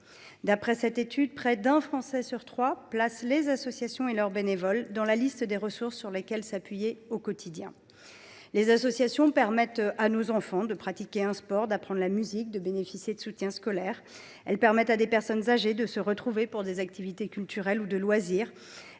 D’après cette étude, près d’un Français sur trois place les associations et leurs bénévoles dans la liste des ressources sur lesquelles s’appuyer au quotidien. Les associations permettent à nos enfants de pratiquer un sport, d’apprendre la musique, de bénéficier de soutien scolaire. Elles permettent à des personnes âgées de se retrouver pour des activités culturelles ou de loisir.